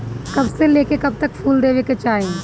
कब से लेके कब तक फुल देवे के चाही?